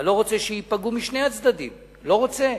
אני לא רוצה שייפגעו משני הצדדים, אני לא רוצה,